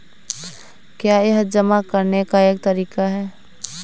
क्या यह जमा करने का एक तरीका है?